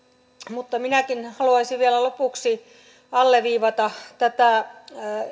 mutta minäkin haluaisin vielä lopuksi alleviivata tätä